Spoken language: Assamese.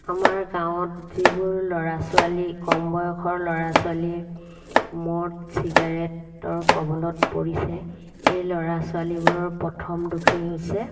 আমাৰ গাঁৱত যিবোৰ ল'ৰা ছোৱালী কম বয়সৰ ল'ৰা ছোৱালীয়ে মদ ছিগেৰেটৰ কবলত পৰিছে এই ল'ৰা ছোৱালীবোৰৰ প্ৰথম দুখেই হৈছে